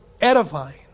edifying